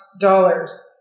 dollars